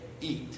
eat